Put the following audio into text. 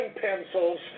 pencils